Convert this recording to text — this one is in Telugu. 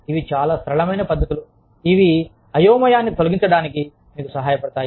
కానీ ఇవి చాలా సరళమైన పద్ధతులు ఇవి ఈ అయోమయాన్ని తొలగించడానికి మీకు సహాయపడతాయి